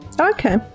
Okay